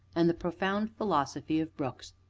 and the profound philosophy of brooks.